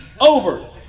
Over